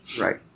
right